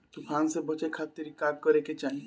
तूफान से बचे खातिर का करे के चाहीं?